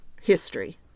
history